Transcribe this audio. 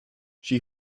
she